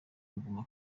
kuguma